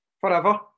forever